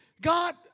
God